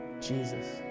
Jesus